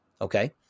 Okay